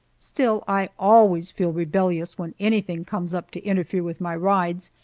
still, i always feel rebellious when anything comes up to interfere with my rides,